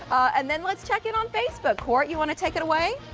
and then let's check in on facebook. courtney, you want to take it away?